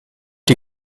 die